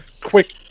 quick